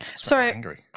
Sorry